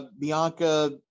Bianca